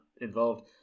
involved